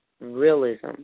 realism